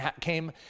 came